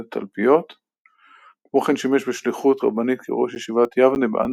בשנת תשל"ה החל ללמוד בישיבת ההסדר כרם ביבנה.